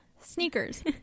Sneakers